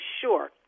sure